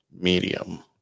medium